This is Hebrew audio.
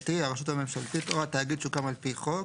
רשות ממשלתית או עובדי תאגיד שהוקם על פי חוק,